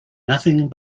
nothing